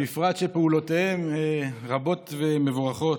בפרט שפעולותיהם רבות ומבורכות.